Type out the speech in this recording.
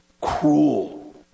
cruel